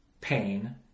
pain